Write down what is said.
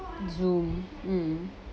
zoom mm